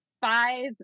five